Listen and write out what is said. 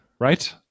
Right